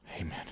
Amen